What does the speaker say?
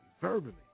verbally